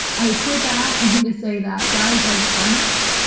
i point that out only to say that guys like parnas,